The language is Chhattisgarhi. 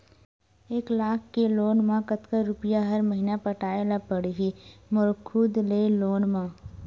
एक लाख के लोन मा कतका रुपिया हर महीना पटाय ला पढ़ही मोर खुद ले लोन मा?